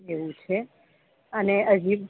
એવું છે અને અહીં